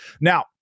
Now